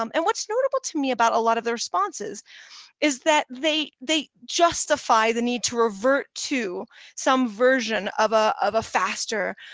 um and what's notable to me about a lot of the responses is that they they justify the need to revert to some version of ah of a faster,